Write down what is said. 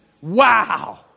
Wow